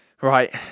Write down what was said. Right